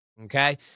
okay